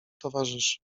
towarzyszy